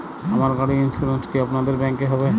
আমার গাড়ির ইন্সুরেন্স কি আপনাদের ব্যাংক এ হবে?